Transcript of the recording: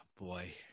boy